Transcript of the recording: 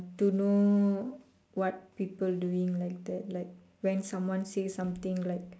to know what people doing like that like when someone say something like